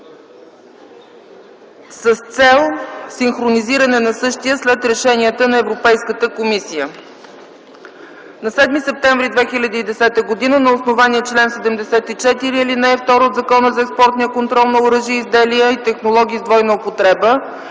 с цел синхронизиране на същия след решенията на Европейската комисия. На 7 септември 2020 г. на основание чл. 74, ал. 2 от Закона за експортния контрол на оръжия, изделия и технологии с двойна употреба